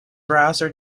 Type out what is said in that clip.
browser